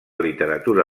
literatura